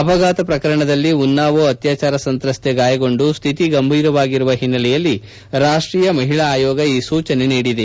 ಅಪಘಾತ ಪ್ರಕರಣದಲ್ಲಿ ಉನ್ನಾವೋ ಅತ್ಯಾಚಾರ ಸಂತ್ರಸ್ತೆ ಗಾಯಗೊಂಡು ಸ್ವಿತಿ ಗಂಭೀರವಾಗಿರುವ ಹಿನ್ನೆಲೆಯಲ್ಲಿ ರಾಷ್ಟೀಯ ಮಹಿಳಾ ಆಯೋಗ ಈ ಸೂಚನೆ ನೀಡಿದೆ